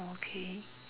okay